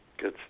Good